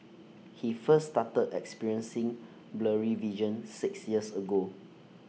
he first started experiencing blurry vision six years ago